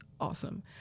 awesome